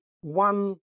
one